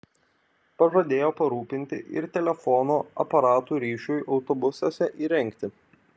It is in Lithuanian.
pažadėjo parūpinti ir telefono aparatų ryšiui autobusuose įrengti